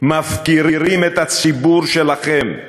מפקירים את הציבור שלכם,